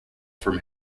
from